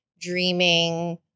dreaming